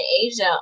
Asia